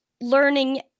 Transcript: learning